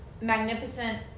magnificent